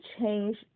change